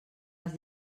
les